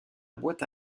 boîte